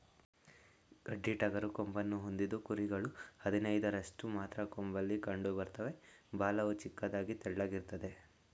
ಗಡ್ಡಿಟಗರು ಕೊಂಬನ್ನು ಹೊಂದಿದ್ದು ಕುರಿಗಳು ಹದಿನೈದರಷ್ಟು ಮಾತ್ರ ಕೊಂಬಲ್ಲಿ ಕಂಡುಬರ್ತವೆ ಬಾಲವು ಚಿಕ್ಕದಾಗಿ ತೆಳ್ಳಗಿರ್ತದೆ